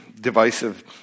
divisive